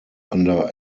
under